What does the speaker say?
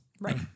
Right